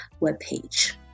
webpage